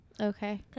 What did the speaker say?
Okay